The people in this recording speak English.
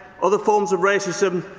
other forms of racism,